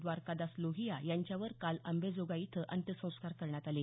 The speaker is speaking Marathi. द्वारकादास लोहिया यांच्यावर काल अंबाजोगाईत अंत्यसंस्कार करण्यात आले